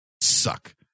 Suck